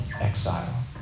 exile